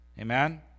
Amen